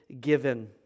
given